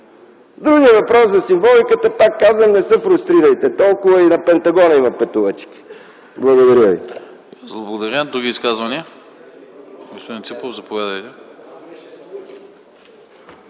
Другият въпрос за символиката – пак казвам, не се фрустрирайте толкова, и на Пентагона има петолъчки. Благодаря ви.